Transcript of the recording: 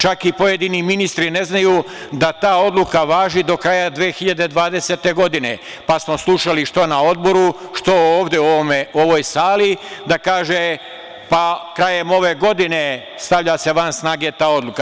Čak i pojedini ministri ne znaju da ta odluka važi do kraja 2020. godine, pa smo slušali što na Odboru, što ovde u ovoj sali da kaže – krajem ove godine stavlja se van snage ta odluka.